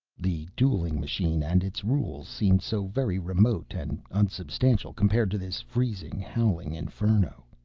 the dueling machine and its rules seemed so very remote and unsubstantial, compared to this freezing, howling inferno.